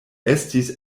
estis